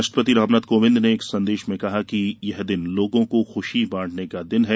राष्ट्रपति रामनाथ कोविंद ने एक संदेश में कहा है कि यह दिन लोगों को खुशी बांटने का दिन है